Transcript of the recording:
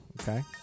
Okay